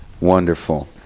wonderful